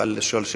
יוכל לשאול שאלה,